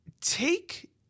Take